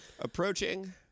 Approaching